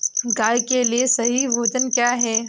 गाय के लिए सही भोजन क्या है?